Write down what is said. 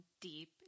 deep